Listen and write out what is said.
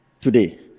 Today